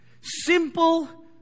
Simple